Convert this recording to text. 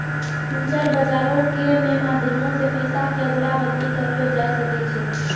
future बजारो के मे माध्यमो से पैसा के अदला बदली करलो जाय सकै छै